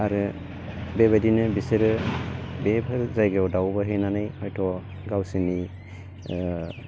आरो बेबायदिनो बिसोरो बेफोर जायगायाव दावबाय हैनानै हयथ' गावसिनि ओ